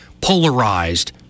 polarized